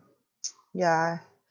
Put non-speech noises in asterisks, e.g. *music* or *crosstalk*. *noise* yeah